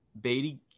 Beatty